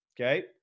Okay